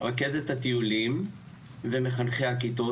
רכזת הטיולים ומחנכי הכיתות,